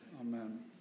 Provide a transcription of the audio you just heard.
Amen